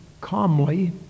calmly